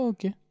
Okay